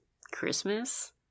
Christmas